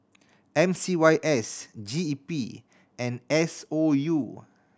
M C Y S G E P and S O U